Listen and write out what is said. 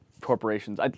corporations